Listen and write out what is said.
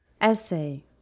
Essay